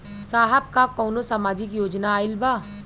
साहब का कौनो सामाजिक योजना आईल बा?